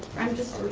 i'm just